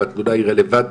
אם התלונה היא רלוונטית,